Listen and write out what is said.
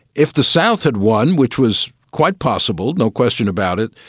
if the south had won, which was quite possible, no question about it,